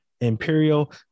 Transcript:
Imperial